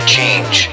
Change